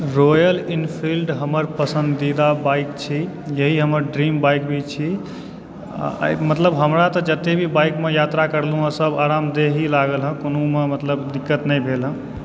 royal Enfield हमर पसन्दीदा bike छी इएह हमर ड्रीम बाइक भी छी आ मतलब हमरा तऽ जते भी बाइक मे यात्रा करलहुॅं यऽ सब आरामदेय ही लागल हँ कोनो मे मतलब दिक्कत नहि भेल हँ